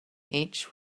each